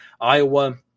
Iowa